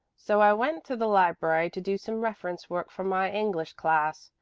so i went to the library to do some reference work for my english class.